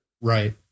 Right